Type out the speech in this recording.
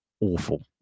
awful